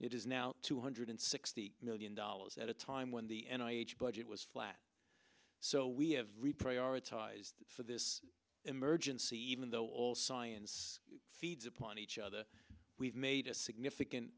it is now two hundred sixty million dollars at a time when the and i budget was flat so we have read prioritized for this emergency even though all science feeds upon each other we've made a significant